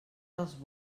dels